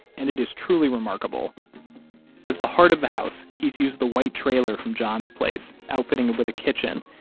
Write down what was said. and it is truly remarkable as the heart of the house, he's used the white trailer from john's place, outfitting it with a kitchen,